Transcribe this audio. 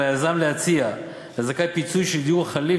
על היזם להציע לזכאי פיצוי של דיור חליף